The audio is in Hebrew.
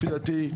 לפי דעתי,